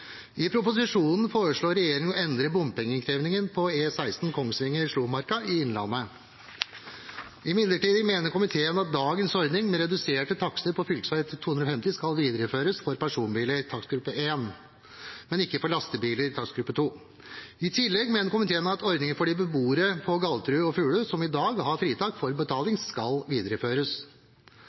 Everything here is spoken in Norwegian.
I proposisjonen foreslår regjeringen å endre bompengeinnkrevingen på E16 Kongsvinger–Slomarka i Innlandet. Imidlertid mener komiteen at dagens ordning med reduserte takster på Fv. 250 skal videreføres for personbiler i takstgruppe 1, men ikke for lastebiler i takstgruppe 2. I tillegg mener komiteen at ordningen for de beboere på Galterud og Fulu som i dag har fritak for betaling, skal videreføres.